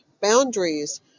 boundaries